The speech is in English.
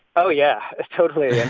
oh, yeah totally.